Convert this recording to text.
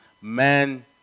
man